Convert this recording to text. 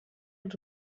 els